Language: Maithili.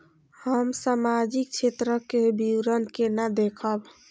हम सामाजिक क्षेत्र के विवरण केना देखब?